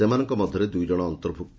ସେମାନଙ୍କ ମଧ୍ଧରେ ଦୁଇ ଜଣ ଅନ୍ତର୍ଭୁକ୍ତ